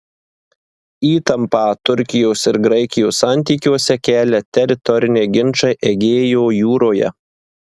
įtampą turkijos ir graikijos santykiuose kelia teritoriniai ginčai egėjo jūroje